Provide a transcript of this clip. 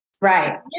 Right